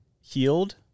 healed